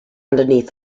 underneath